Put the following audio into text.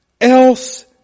else